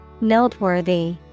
Noteworthy